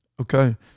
Okay